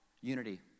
Unity